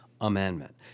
amendment